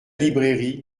librairie